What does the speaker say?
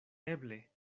eble